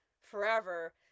forever